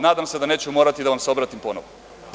Nadam se da neću morati da vam se obratim ponovo.